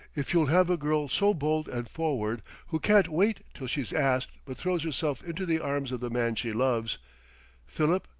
if you'll have a girl so bold and forward, who can't wait till she's asked but throws herself into the arms of the man she loves philip,